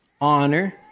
honor